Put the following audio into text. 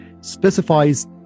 specifies